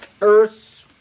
earth